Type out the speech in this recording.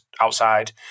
outside